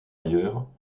ailleurs